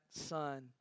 son